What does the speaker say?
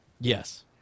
Yes